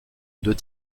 deux